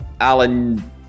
Alan